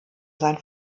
sein